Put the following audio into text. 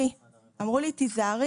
פה זה בתי החולים של המדינה,